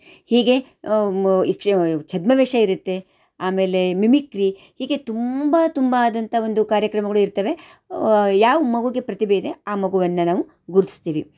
ಹೀಗೇ ಮ ಈ ಚ್ ಛದ್ಮವೇಷ ಇರುತ್ತೆ ಆಮೇಲೆ ಮಿಮಿಕ್ರಿ ಹೀಗೆ ತುಂಬ ತುಂಬ ಆದಂಥ ಒಂದು ಕಾರ್ಯಕ್ರಮಗಳು ಇರ್ತವೆ ಯಾವ ಮಗುವಿಗೆ ಪ್ರತಿಭೆ ಇದೆ ಆ ಮಗುವನ್ನು ನಾವು ಗುರ್ತಿಸ್ತೀವಿ